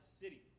city